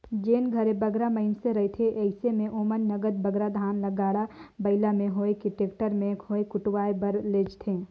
जेन घरे बगरा मइनसे रहथें अइसे में ओमन नगद बगरा धान ल गाड़ा बइला में होए कि टेक्टर में होए कुटवाए बर लेइजथें